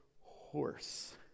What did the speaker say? horse